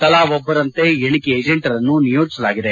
ತಲಾ ಒಬ್ಬರಂತೆ ಎಣೆಕೆ ಏಜೆಂಟರನ್ನು ನಿಯೋಜಿಸಲಾಗಿದೆ